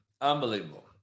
Unbelievable